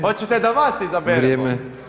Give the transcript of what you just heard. Hoćete da vas izaberemo?